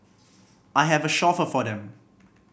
I have a chauffeur for them